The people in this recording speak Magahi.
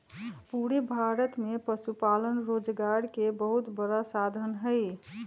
पूरे भारत में पशुपालन रोजगार के बहुत बड़ा साधन हई